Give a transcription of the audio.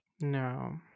No